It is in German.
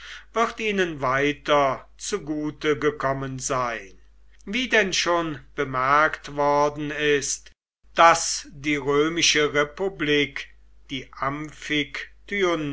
wird ihnen weiter zugute gekommen sein wie denn schon bemerkt worden ist daß die römische republik die